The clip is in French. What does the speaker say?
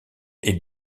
est